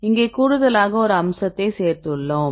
இங்கே கூடுதலாக ஒரு அம்சத்தை சேர்த்துள்ளோம்